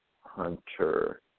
Hunter